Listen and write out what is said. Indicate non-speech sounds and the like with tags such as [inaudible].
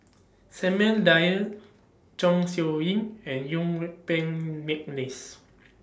Samuel Dyer Chong Siew Ying and Yuen Peng Mcneice [noise]